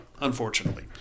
unfortunately